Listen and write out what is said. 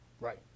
right